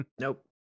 Nope